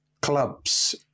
clubs